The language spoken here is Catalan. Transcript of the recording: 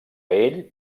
ell